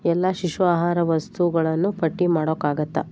ಎಲ್ಲ ಶಿಶು ಆಹಾರ ವಸ್ತುಗಳನ್ನೂ ಪಟ್ಟಿ ಮಾಡೋಕ್ಕಾಗುತ್ತಾ